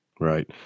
Right